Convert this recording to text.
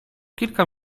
kilka